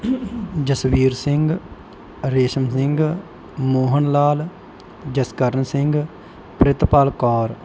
Jasvir Singh Resham Singh Mohan Lal Jaskaran Singh Pritpal Kaur